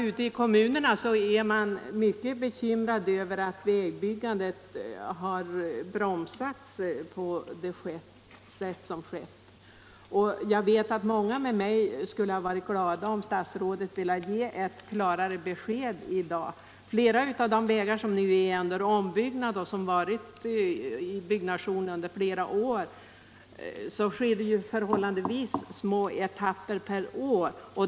Ute i kommunerna är man mycket bekymrad över att vägbyggandet har bromsats på det sätt som skett. Många med mig skulle ha varit glada om statsrådet velat ge ett klarare besked i dag. När det gäller flera av de vägar som sedan flera år är under ombyggnad blir det förhållandevis små etapper per år.